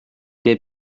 der